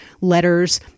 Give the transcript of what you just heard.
letters